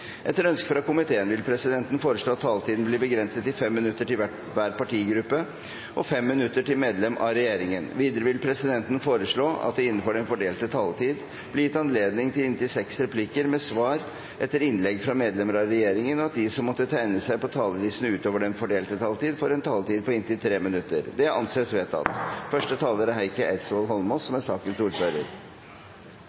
Etter ønske fra energi- og miljøkomiteen vil presidenten foreslå at taletiden blir begrenset til 5 minutter til hver partigruppe og 5 minutter til medlemmer av regjeringen. Videre vil presidenten foreslå at det – innenfor den fordelte taletid – blir gitt anledning til replikkordskifte på inntil seks replikker med svar etter innlegg fra medlemmer av regjeringen, og at de som måtte tegne seg på talerlisten utover den fordelte taletid, får en taletid på inntil 3 minutter. – Det anses vedtatt. Farlige klimaendringer er